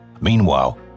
Meanwhile